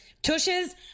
Tushes